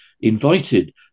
invited